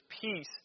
peace